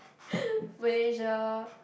Malaysia